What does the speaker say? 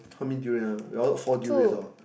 how many durian ah we all four durians orh